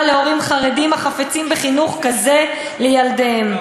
להורים חרדים החפצים בחינוך כזה לילדיהם,